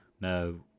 No